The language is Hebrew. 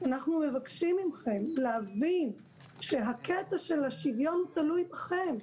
אנחנו מבקשים מכם להבין שהקטע של השוויון תלוי בכם,